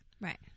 Right